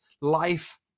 life